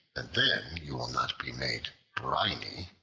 and then you will not be made briny.